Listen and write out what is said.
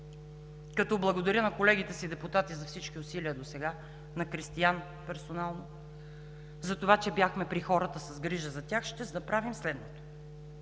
като благодаря на колегите си депутати за всички усилия досега, на Кристиан персонално, затова, че бяхме при хората с грижа за тях. Ще направим следното: